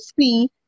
see